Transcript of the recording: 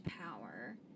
power